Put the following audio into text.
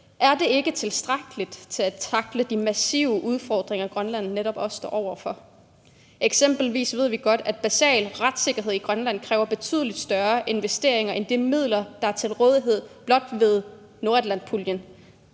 er det ikke tilstrækkeligt til at tackle de massive udfordringer, Grønland også står over for. Eksempelvis ved vi godt, at en basal retssikkerhed i Grønland kræver betydelig større investeringer end de midler, der er til rådighed blot ved nordatlantpuljen.